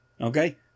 Okay